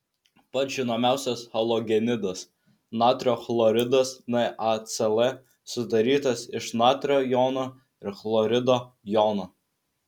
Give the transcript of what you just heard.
pats žinomiausias halogenidas natrio chloridas nacl sudarytas iš natrio jono ir chlorido jono